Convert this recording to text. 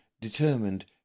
determined